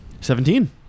Seventeen